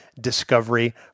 Discovery